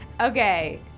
Okay